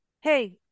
hey